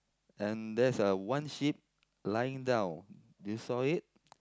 and there's a one sheep lying down do you saw it